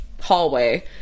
hallway